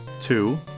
two